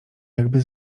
jakby